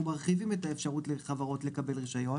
אנחנו מרחיבים את האפשרות של חברות לקבל רישיון.